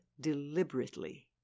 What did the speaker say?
deliberately